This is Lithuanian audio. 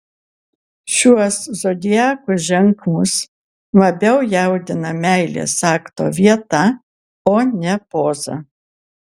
šiuos zodiako ženklus labiau jaudina meilės akto vieta o ne poza